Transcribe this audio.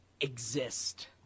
exist